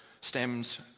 stems